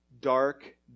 dark